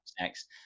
next